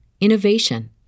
innovation